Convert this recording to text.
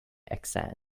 accent